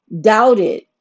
doubted